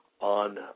on